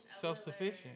Self-sufficient